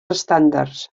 estàndards